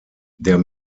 der